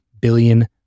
billion